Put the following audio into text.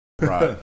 Right